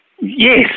yes